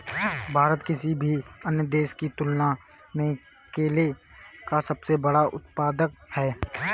भारत किसी भी अन्य देश की तुलना में केले का सबसे बड़ा उत्पादक है